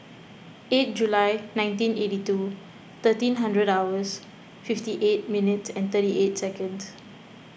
eight July nineteen eighty two thirteen hundred hours fifty eight minutes and thirty eight seconds